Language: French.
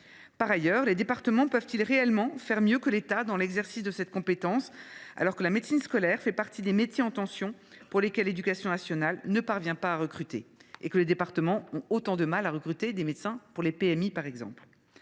Par ailleurs, les départements peuvent ils réellement faire mieux que l’État dans l’exercice de cette compétence, alors que la médecine scolaire fait partie des métiers en tension, pour lesquels l’éducation nationale ne parvient pas à recruter ? Les départements ne peinent ils pas à recruter des médecins pour les PMI, par exemple ?